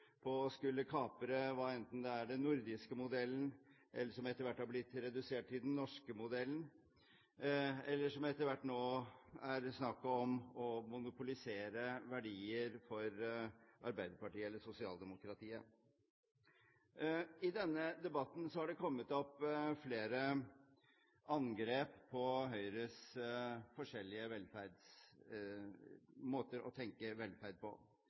på å skulle kapre hva enten det er den nordiske modellen, som etter hvert har blitt redusert til den norske modellen, eller, som det etter hvert nå er snakk om, å monopolisere verdier for Arbeiderpartiet, eller sosialdemokratiet. I denne debatten har det kommet flere angrep på Høyres forskjellige måter å tenke velferd på,